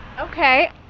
Okay